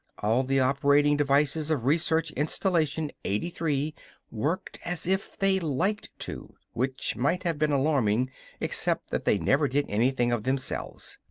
all the operating devices of research installation eighty three worked as if they liked to which might have been alarming except that they never did anything of themselves.